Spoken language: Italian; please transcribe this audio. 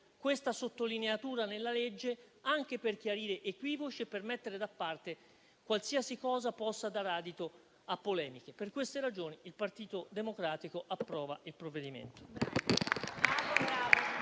questa sottolineatura nella legge, anche per chiarire equivoci e per mettere da parte qualsiasi cosa possa dare adito a polemiche. Per queste ragioni, il Partito Democratico approva il provvedimento.